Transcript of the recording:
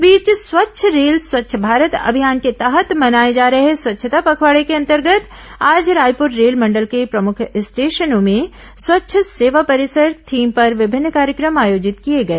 इस बीच स्वच्छ रेल स्वच्छ भारत अभियान के तहत मनाए जा रहे स्वच्छता पखवाड़े के अंतर्गत आज रायपुर रेलमंडल के प्रमुख स्टेशनों में स्वच्छ सेवा परिसर थीम पर विभिन्न कार्यक्रम आयोजित किए गए